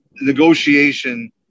negotiation